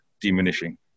diminishing